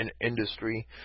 industry